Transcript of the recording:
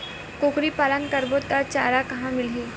कुकरी पालन करबो त चारा कहां मिलही?